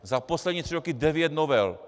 Za poslední tři roky devět novel!